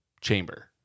chamber